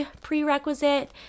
prerequisite